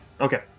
Okay